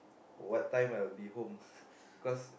what time I'll be home because